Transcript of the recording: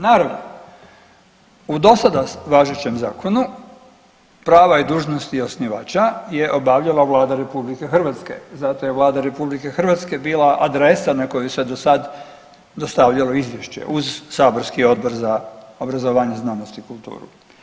Naravno, u do sada važećem zakonu prava i dužnosti osnivača je obavljala Vlada RH, zato je Vlada RH bila adresa na koju se dosad dostavljalo izvješće uz saborski Odbor za obrazovanje, znanost i kulturu.